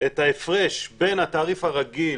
את ההפרש בין התעריף הרגיל